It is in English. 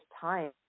time